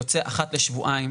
יוצא אחת לשבועיים.